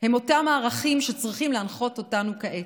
הם אותם ערכים שצריכים להנחות אותנו כעת: